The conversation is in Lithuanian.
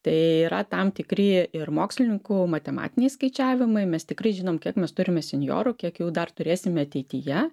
tai yra tam tikri ir mokslininkų matematiniai skaičiavimai mes tikrai žinom kiek mes turime senjorų kiek jų dar turėsime ateityje